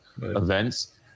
events